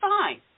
fine